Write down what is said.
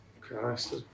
Christ